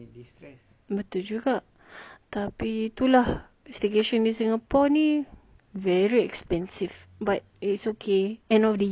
betul juga tapi tu lah staycation in singapore very expensive but it's okay end of the year